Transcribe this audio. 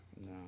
No